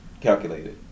calculated